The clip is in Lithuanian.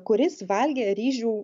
kuris valgė ryžių